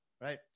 Right